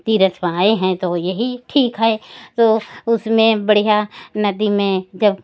तीर्थ पे आए हैं तो यही ठीक है तो उसमें बढ़िया नदी में जब